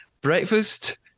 breakfast